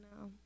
no